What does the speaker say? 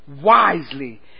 wisely